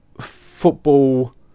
football